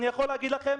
אני יכול להגיד לכם,